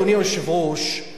אדוני היושב-ראש,